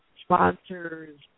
sponsors